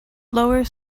lower